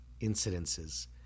incidences